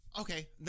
Okay